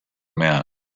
meant